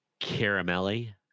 caramelly